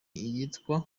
iyitwa